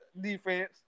defense